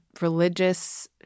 religious